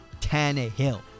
Tannehill